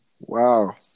Wow